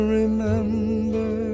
remember